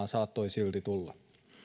saattoi silti tulla